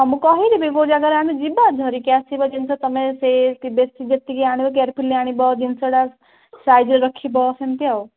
ମୁଁ କହିଦେବି କେଉଁ ଜାଗାରେ ଆମେ ଯିବା ଧରିକି ଆସିବା ଜିନିଷ ତମେ ସେ ବେଶି ଯେତିକି ଆଣିବ କେୟାରଫୁଲି ଆଣିବ ଜିନିଷ ଗୁଡ଼ା ସାଇଜ୍ରେ ରଖିବ ସେମିତି ଆଉ